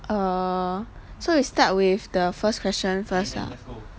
err so we start with the first question first ah